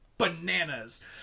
bananas